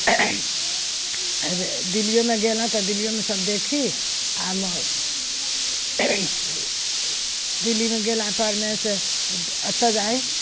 दिल्लिओमे गेलहुँ तऽ दिल्लिओमे सब देखी दिल्लीमे गेलापरमेसँ एतऽ जाइ